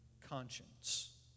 conscience